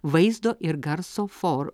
vaizdo ir garso for